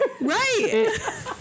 Right